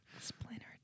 Splinter